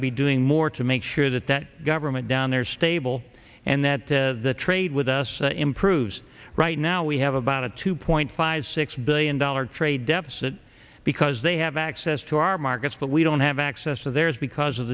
to be doing more to make sure that that government down there is stable and that the trade with us improves right now we have about a two point five six billion dollars trade deficit because they have access to our markets but we don't have access of theirs because of